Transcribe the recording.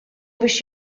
biex